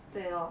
对 lor